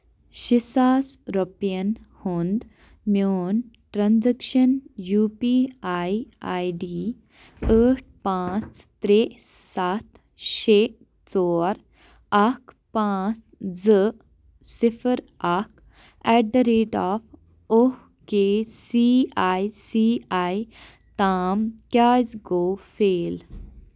شیٚے ساس رۄپِیَن ہُنٛد میون transaction U P I I D ٲٹھ پانٛژھ ترٛےٚ سَتھ شیٚے ژور اکھ پاںژھ زٕ صِفر اکھ ایٹ دَ ریٹ آف اوٚہ K C I C I تام کیٛازِ گوٚو فیل ؟